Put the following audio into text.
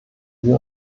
sie